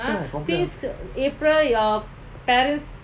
important